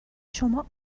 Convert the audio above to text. شما